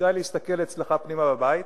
כדאי להסתכל אצלך פנימה בבית.